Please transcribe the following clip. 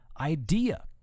idea